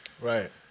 Right